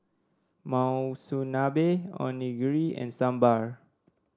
Monsunabe Onigiri and Sambar